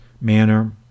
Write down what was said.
manner